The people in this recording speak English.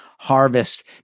harvest